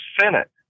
Senate